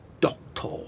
Doctor